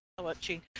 watching